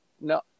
no